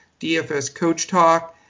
dfscoachtalk